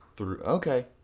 Okay